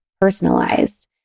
personalized